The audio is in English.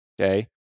Okay